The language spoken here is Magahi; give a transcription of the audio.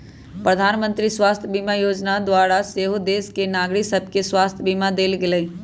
प्रधानमंत्री स्वास्थ्य बीमा जोजना द्वारा सेहो देश के नागरिक सभके स्वास्थ्य बीमा देल गेलइ